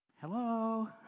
Hello